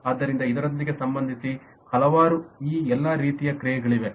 ಆದ್ದರಿಂದ ಇದರೊಂದಿಗೆ ಸಂಬಂಧಿಸಿ ಹಲವಾರು ಈ ಎಲ್ಲಾ ರೀತಿಯ ಕ್ರಿಯೆಗಳಿವೆ